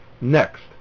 Next